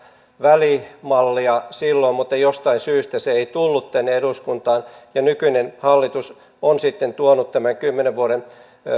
välimallia silloin mutta jostain syystä se ei tullut tänne eduskuntaan nykyinen hallitus on sitten tuonut tämän kymmenen vuoden